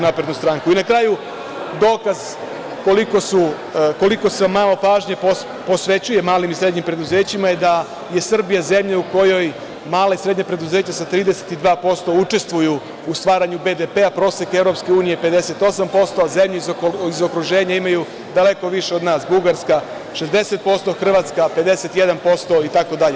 Na kraju, dokaz koliko se malo pažnje posvećuje malim i srednjim preduzećima je da je Srbija zemlja u kojoj mala i srednja preduzeća sa 32% učestvuju u stvaranju BDP, a prosek EU je 58%, zemlje iz okruženja imaju daleko više od nas: Bugarska 60%, Hrvatska 51% itd.